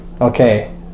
Okay